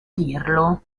dirlo